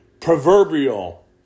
proverbial